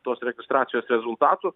tos registracijos rezultatų